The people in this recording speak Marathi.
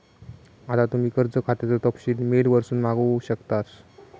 आता तुम्ही कर्ज खात्याचो तपशील मेल वरसून पण मागवू शकतास